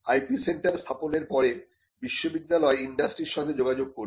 IP centre স্থাপনের পরে বিশ্ববিদ্যালয় ইন্ডাস্ট্রির সঙ্গে যোগাযোগ করবে